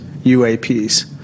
UAPs